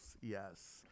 Yes